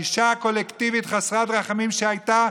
ענישה קולקטיבית חסרת רחמים שהייתה,